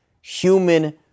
human